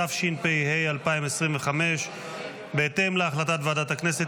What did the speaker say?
התשפ"ה 2025. בהתאם להחלטת ועדת הכנסת